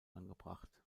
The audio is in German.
angebracht